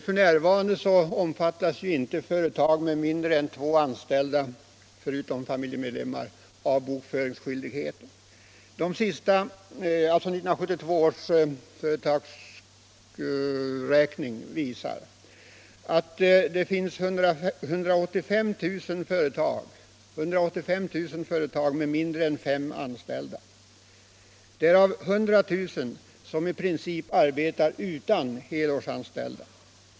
F. n. omfattas inte företag med mindre än två anställda, förutom familjemedlemmar, av bokföringsskyldigheten. 1972 års företagsräkning visar att det finns 185 000 företag med mindre än fem anställda, därav 100 000 som i princip arbetar utan helårsanställda.